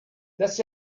dass